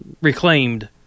reclaimed